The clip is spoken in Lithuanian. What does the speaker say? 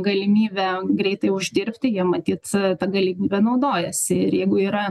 galimybę greitai uždirbti jie matyt ta galimybe naudojasi ir jeigu yra